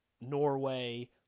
Norway